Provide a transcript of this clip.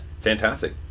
fantastic